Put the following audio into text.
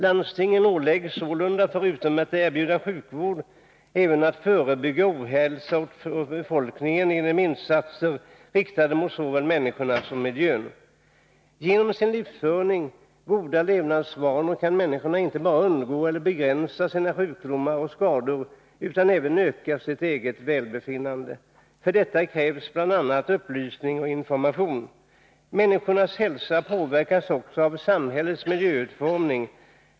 Landstingskommuner åläggs sålunda, förutom att erbjuda sjukvård, även att förebygga ohälsa hos befolkningen genom insatser riktade mot såväl människorna som miljön. Genom sin livsföring och goda levnadsvanor kan människor inte bara utgå eller begränsa sjukdomar och skador utan även öka sitt eget välbefinnande. För detta krävs bl.a. upplysning och information. Människornas hälsa påverkas också av samhällets miljöutformning.